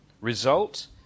Result